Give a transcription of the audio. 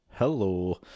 Hello